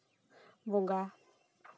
ᱵᱚᱸᱜᱟ